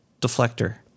deflector